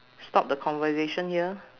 stop the conversation here